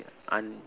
un~